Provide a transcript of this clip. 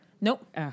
nope